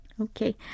Okay